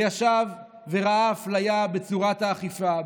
וישב וראה אפליה בצורת האכיפה,